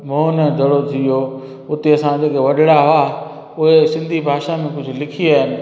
मोहन जो दड़ो थी वियो उते असांजा जेका वॾिड़ा आया उहे सिंधी भाषा में कुझु लिखी विया आहिनि